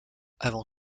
avant